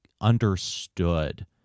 understood